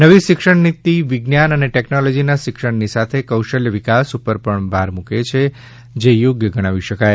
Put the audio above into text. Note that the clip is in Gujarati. નવી શિક્ષણનીતિ વિજ્ઞાન અને ટેકનોલોજીના શિક્ષણની સાથે કૌશલ્ય વિકાસ ઉપર પણ ભાર મૂકે છે જે ચોગ્ય ગણાવી શકાય